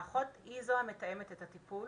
האחות היא זו המתאמת את הטיפול